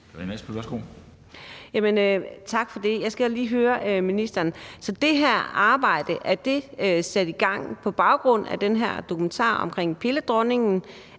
Tak for det. Jeg skal lige høre ministeren om noget. Er det her arbejde sat i gang på baggrund af den her dokumentar om pilledronningen,